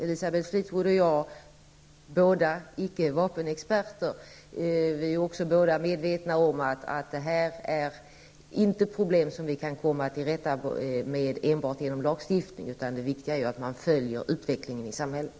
Elisabeth Fleetwood och jag -- ingen av oss är vapenexpert -- är också medvetna om att detta inte är ett problem som vi kan komma till rätta med enbart genom lagstiftning, utan det viktiga är ju att man följer utvecklingen i samhället.